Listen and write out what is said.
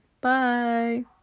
Bye